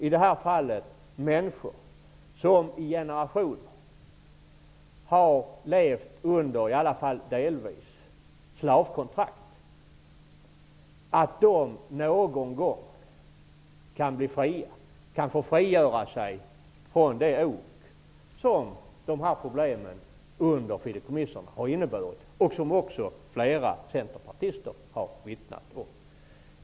I det här fallet gäller det människor som i generationer i alla fall delvis har levt under slavkontrakt. De borde någon gång kunna bli fria och kanske frigöra sig från det ok som problemen med fideikommissen har inneburit och som också flera centerpartister har vittnat om.